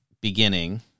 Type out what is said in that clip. beginning